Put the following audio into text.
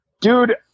dude